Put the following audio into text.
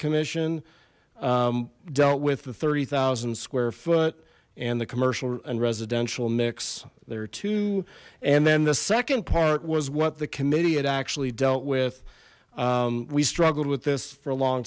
commission dealt with the thirty thousand square foot and the commercial and residential mix there are two and then the second part was what the committee had actually dealt with we struggled with this for a long